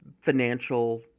financial